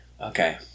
Okay